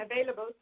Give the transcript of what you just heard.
available